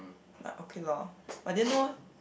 but okay lor I didn't know